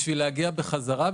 בשביל להגיע בחזרה,